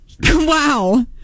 Wow